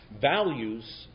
Values